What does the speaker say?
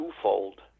twofold